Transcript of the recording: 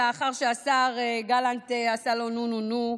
אלא לאחר שהשר גלנט עשה לו נו נו נו,